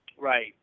Right